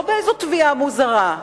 לא באיזו תביעה משונה: